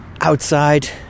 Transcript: outside